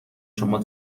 شما